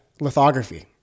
lithography